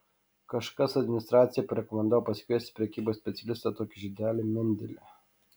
kažkas administracijai parekomendavo pasikviesti prekybos specialistą tokį žydelį mendelį